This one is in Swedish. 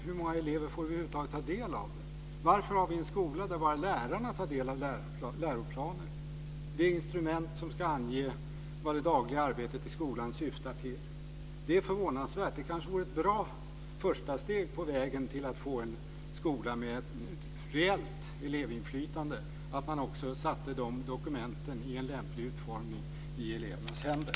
Hur många elever får över huvud taget ta del av den? Varför har vi en skola där bara lärarna tar del av läroplanen, det instrument som ska ange vad det dagliga arbetet i skolan syftar till? Det är förvånansvärt. Det kanske vore ett bra första steg på vägen mot att få en skola med reellt elevinflytande att man också satte de dokumenten i lämplig utformning i elevernas händer.